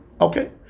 Okay